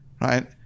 right